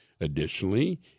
additionally